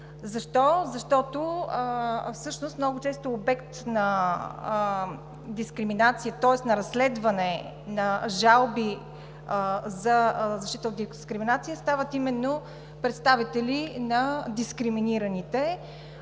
Защото всъщност много често обект на дискриминация, тоест на разследване на жалби за защита от дискриминация, стават именно представители на дискриминираните.